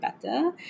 better